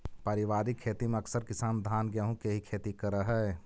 पारिवारिक खेती में अकसर किसान धान गेहूँ के ही खेती करऽ हइ